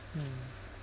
mm